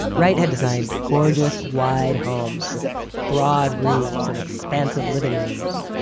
wright had designed gorgeous, wide homes with broad roofs and expansive living rooms,